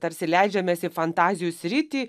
tarsi leidžiamės į fantazijų sritį